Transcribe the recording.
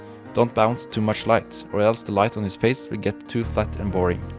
don't bounce to much light, or else the light on his face will get too flat and boring.